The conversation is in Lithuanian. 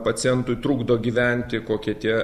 pacientui trukdo gyventi kokie tie